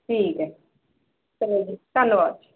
ਠੀਕ ਹੈ ਚਲੋ ਜੀ ਧੰਨਵਾਦ